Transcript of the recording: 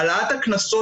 העלאת סכום הקנסות